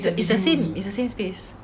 is the same is the same space